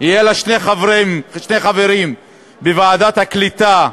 יהיו שני חברים בוועדת הקליטה,